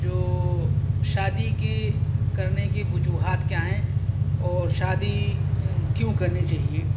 جو شادی کی کرنے کی وجوہات کیا ہیں اور شادی کیوں کرنی چاہیے